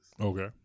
Okay